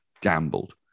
gambled